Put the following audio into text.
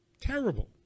terrible